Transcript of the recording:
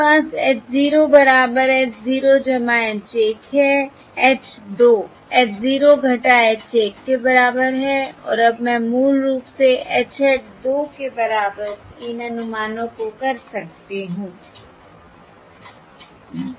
मेरे पास H 0 बराबर h 0 h 1 है H 2 h 0 h 1 के बराबर है और अब मैं मूल रूप से H हैट 2 के बराबर इन अनुमानों को कर सकती हूं